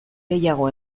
gehiago